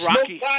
Rocky